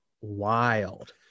wild